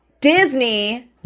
Disney